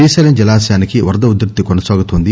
శ్రీశైలం జలాశయానికి వరద ఉదృతి కొనసాగుతోంది